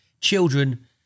children